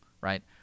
right